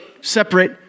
separate